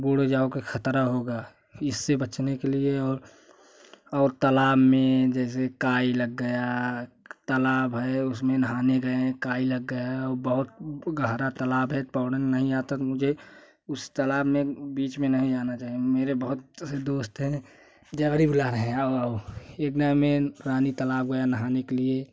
बुड़ जाओगे ख़तरा होगा इससे बचने के लिए और और तालाब में जैसे काई लगा गया तालाब है उस में नहाने गए काई लग गया बहुत गहरा तालाब है पोड़ने नहीं आता तो मुझे उस तालाब में बीच में नहीं जाना चाहिए मेरे बहुत से दोस्त हैं जबरी बुला रहे हैं आओ आओ एक टाइम में रानी तालाब गया नहाने के लिए